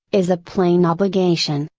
is a plain obligation.